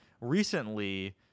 recently